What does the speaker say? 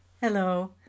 Hello